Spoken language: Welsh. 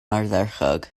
ardderchog